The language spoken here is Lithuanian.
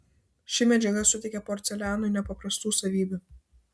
ši medžiaga suteikia porcelianui nepaprastų savybių